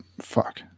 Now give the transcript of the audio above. Fuck